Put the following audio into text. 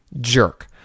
Jerk